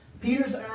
Peter's